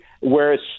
whereas